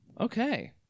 Okay